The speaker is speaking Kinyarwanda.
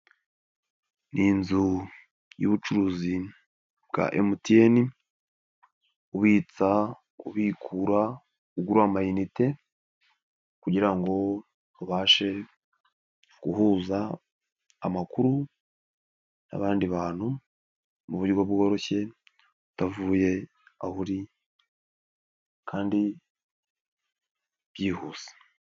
Ni inzu y'ubucuruzi bwa MTN, ubitsa, ubikura, ugura miyinite kugira ngo ubashe guhuza amakuru n'abandi bantu mu buryo bworoshye utavuye aho uri kandi byihuse.